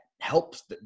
helps